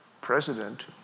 president